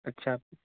اچھا